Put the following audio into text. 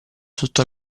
sotto